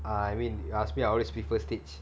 I mean you ask me I always prefer stage